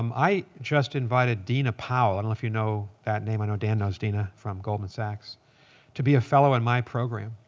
um i just invited dina powell i don't know if you know that name i know dan knows dina from goldman sachs to be a fellow in my program.